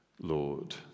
Lord